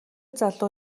залуу